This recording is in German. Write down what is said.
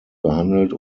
behandelt